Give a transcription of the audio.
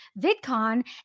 VidCon